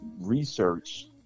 research